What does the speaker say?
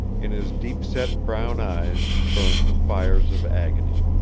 in his deep-set brown eyes burned the fires of agony.